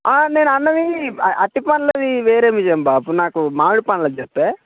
నేను అన్నది అరటిపండ్లుది వేరే విషయం బాపు నాకు మామిడి పండ్లది చెప్పే